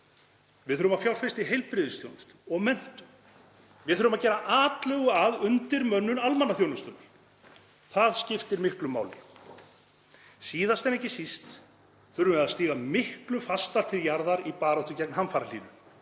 Við þurfum að fjárfesta í heilbrigðisþjónustu og menntun. Við þurfum að gera atlögu að undirmönnun almannaþjónustunnar. Það skiptir miklu máli. Síðast en ekki síst þurfum við að stíga miklu fastar til jarðar í baráttu gegn hamfarahlýnun.